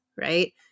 right